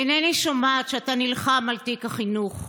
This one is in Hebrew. אינני שומעת שאתה נלחם על תיק החינוך.